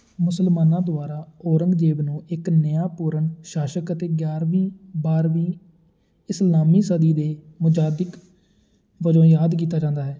ਮੁਸਲਮਾਨਾਂ ਦੁਆਰਾ ਔਰੰਗਜ਼ੇਬ ਨੂੰ ਇੱਕ ਨਿਆਂਪੂਰਨ ਸ਼ਾਸਕ ਅਤੇ ਗਿਆਰਵੀਂ ਬਾਰ੍ਹਵੀਂ ਇਸਲਾਮੀ ਸਦੀ ਦੇ ਮੁਜਾਦਿਕ ਵਜੋਂ ਯਾਦ ਕੀਤਾ ਜਾਂਦਾ ਹੈ